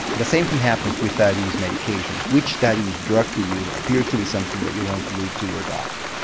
the same thing happens with diabetes medications, which diabetes drug to use appears to be something that you want to leave to your doctor.